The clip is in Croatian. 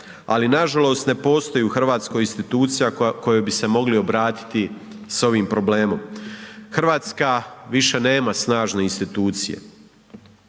ali nažalost ne postoji u Hrvatskoj institucija kojoj bi se mogli obratiti s ovim problemom. Hrvatska više nema snažne institucije.